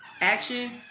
action